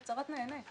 הוראת המעבר?